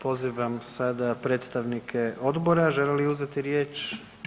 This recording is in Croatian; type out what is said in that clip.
Pozivam sada predstavnike odbora žele li uzeti riječ?